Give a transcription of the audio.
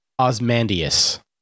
Osmandius